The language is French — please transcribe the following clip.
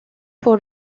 pour